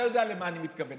אתה יודע למה אני מתכוון.